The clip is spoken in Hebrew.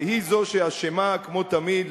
היא זו שאשמה כמו תמיד,